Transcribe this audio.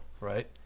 right